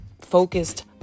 focused